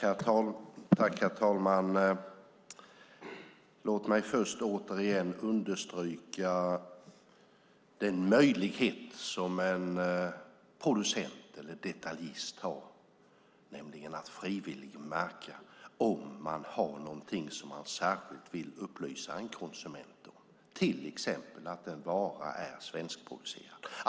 Herr talman! Låt mig först återigen understryka den möjlighet som en producent eller en detaljist har, nämligen att frivilligt märka om man har någonting som man särskilt vill upplysa en konsument om, till exempel att en vara är svenskproducerad.